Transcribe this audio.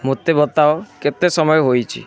ମୋତେ ବତାଅ କେତେ ସମୟ ହୋଇଛି